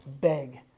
beg